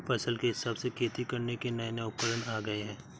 फसल के हिसाब से खेती करने के नये नये उपकरण आ गये है